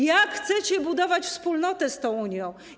Jak chcecie budować wspólnotę z tą Unią?